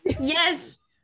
Yes